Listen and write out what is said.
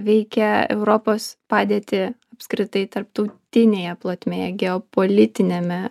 veikia europos padėtį apskritai tarptautinėje plotmėje geopolitiniame